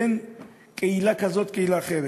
בין קהילה כזאת לקהילה אחרת.